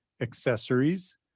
accessories